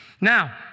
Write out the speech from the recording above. Now